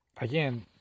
again